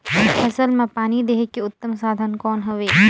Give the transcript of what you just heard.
फसल मां पानी देहे के उत्तम साधन कौन हवे?